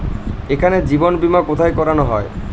এখানে জীবন বীমা কোথায় করানো হয়?